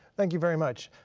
thank you very much.